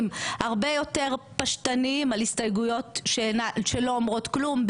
הרבה יותר פשטניים על הסתייגויות שלא אומרות כלום,